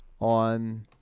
On